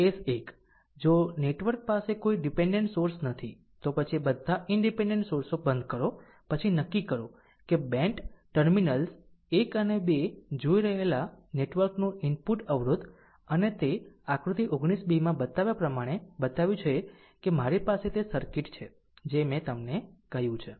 case 1 જો network પાસે કોઈ ડીપેનડેન્ટ સોર્સ નથી તો પછી બધા ઈનડીપેનડેન્ટ સોર્સો બંધ કરો પછી નક્કી કરો કે બેન્ટ ટર્મિનલ્સ 1 અને 2 જોઈ રહેલા નેટવર્કનું ઇનપુટ અવરોધ અને તે આકૃતિ 19 બી માં બતાવ્યા પ્રમાણે બતાવ્યું છે કે મારી પાસે તે સર્કિટ છે જે મેં તમને કહ્યું છે